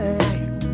life